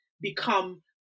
become